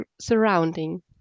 surrounding